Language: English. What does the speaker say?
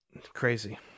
Crazy